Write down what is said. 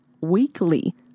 weekly